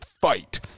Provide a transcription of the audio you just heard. fight